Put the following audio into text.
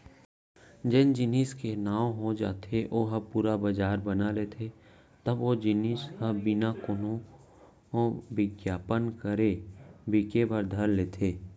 जेन जेनिस के नांव हो जाथे ओ ह पुरा बजार बना लेथे तब ओ जिनिस ह बिना कोनो बिग्यापन करे बिके बर धर लेथे